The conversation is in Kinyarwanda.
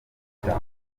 cyane